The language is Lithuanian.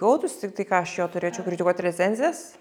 gautųsi tik tai ką aš jo turėčiau kritikuot recenzijas